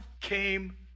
came